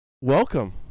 Welcome